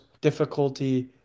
difficulty